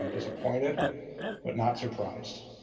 um disappointed but not surprised.